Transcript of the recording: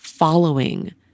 Following